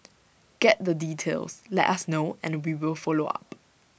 get the details let us know and we will follow up